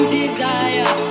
desire